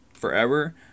forever